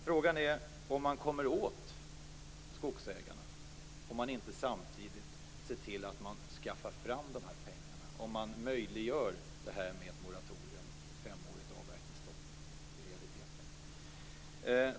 Frågan är om man kommer åt skogsägarna om man inte samtidigt ser till att man skaffar fram dessa pengar och möjliggör ett moratorium med ett femårigt avverkningsstopp i realiteten.